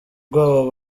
rwabo